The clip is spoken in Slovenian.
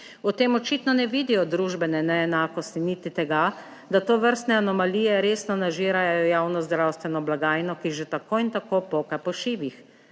V tem očitno ne vidijo družbene neenakosti niti tega, da tovrstne anomalije resno nažirajo javno zdravstveno blagajno, ki že tako in tako poka po šivih.